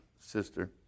sister